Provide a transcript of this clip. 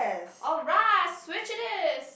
alright Switch it is